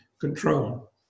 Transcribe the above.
control